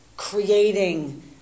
creating